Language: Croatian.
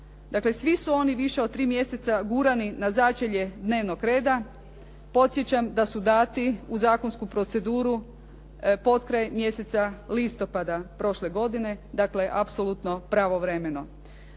dakle svi su oni više od 3 mjeseca gurani na začelje dnevnog reda, podsjećam da su dati u zakonsku proceduru potkraj mjeseca listopada prošle godine, dakle apsolutno pravovremeno.